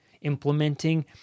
implementing